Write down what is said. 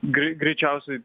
grei greičiausiai